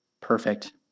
perfect